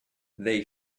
they